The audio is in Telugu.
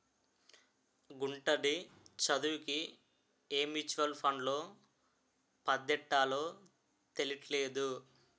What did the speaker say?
గుంటడి చదువుకి ఏ మ్యూచువల్ ఫండ్లో పద్దెట్టాలో తెలీట్లేదు